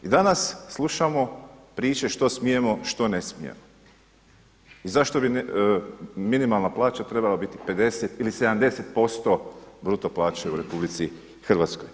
I danas slušamo priče što smijemo, što ne smijemo i zašto bi minimalna plaća trebala biti 50 ili 70% bruto plaće u RH.